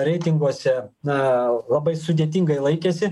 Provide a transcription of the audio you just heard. reitinguose na labai sudėtingai laikėsi